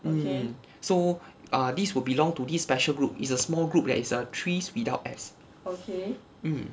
mm so are these will belong to this special group is a small group that is err trees without as okay